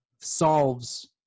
solves